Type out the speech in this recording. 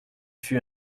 fut